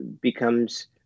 becomes